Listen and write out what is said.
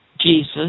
Jesus